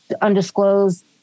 Undisclosed